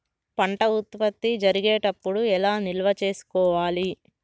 పంట ఉత్పత్తి జరిగేటప్పుడు ఎలా నిల్వ చేసుకోవాలి?